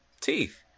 Teeth